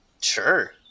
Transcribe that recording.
Sure